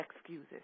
excuses